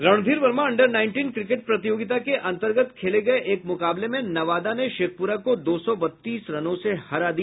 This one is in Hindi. Randhir Varma under nineteen cricket प्रतियोगिता के अन्तर्गत खेले गये एक मुकाबले में नवादा ने शेखपुरा को दो सौ बत्तीस रनों से हरा दिया